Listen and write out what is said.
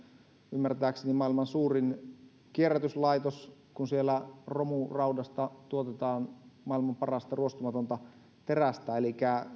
ymmärtääkseni maailman suurin kierrätyslaitos kun siellä romuraudasta tuotetaan maailman parasta ruostumatonta terästä elikkä